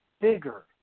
bigger